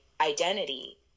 identity